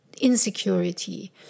insecurity